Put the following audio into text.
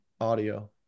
audio